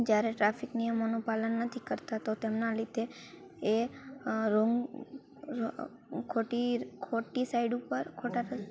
જ્યારે ટ્રાફિક નિયમોનું પાલન નથી કરતા તો તેમના લીધે એ રોંગ ખોટી ખોટી સાઇડ ઉપર ખોટા